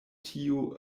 tiu